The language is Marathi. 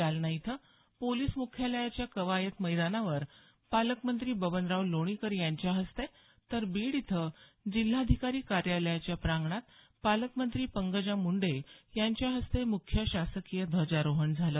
जालना इथं पोलीस मुख्यालयाच्या कवायत मैदानावर पालकमंत्री बबनराव लोणीकर यांच्या हस्ते तर बीड इथं जिल्हाधिकारी कार्यालयाच्या प्रांगणात पालकमंत्री पंकजा मुंडे यांच्या हस्ते मुख्य शासकीय ध्वजारोहण झालं